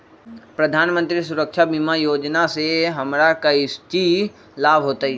प्रधानमंत्री सुरक्षा बीमा योजना से हमरा कौचि लाभ होतय?